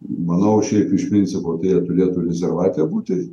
manau šiaip iš principo tai jie turėtų rezervate būti